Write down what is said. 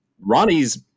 Ronnie's